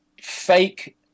fake